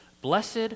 blessed